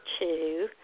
two